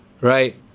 right